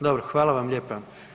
Dobro, hvala vam lijepa.